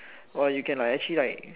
!wah! you can like actually like